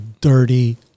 dirty